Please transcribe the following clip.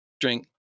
drink